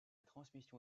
transmission